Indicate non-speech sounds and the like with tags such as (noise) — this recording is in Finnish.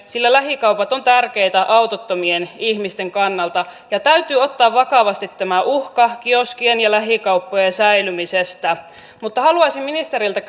sillä lähikaupat ovat tärkeitä autottomien ihmisten kannalta ja täytyy ottaa vakavasti tämä uhka kioskien ja lähikauppojen säilymisestä mutta haluaisin ministeriltä (unintelligible)